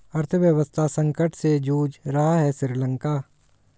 अर्थव्यवस्था संकट से जूझ रहा हैं श्रीलंका